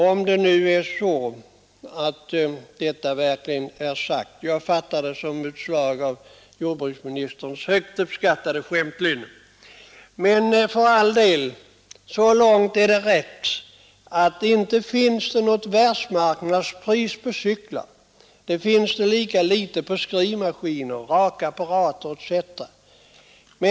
Om nu jordbruksministern verkligen har uttalat sig så, måste det vara ett utslag av hans högt uppskattade skämtlynne. Men, för all del, så långt har han naturligtvis rätt att det inte finns något världsmarknadspris på cyklar, lika lite som på skrivmaskiner, rakapparater etc.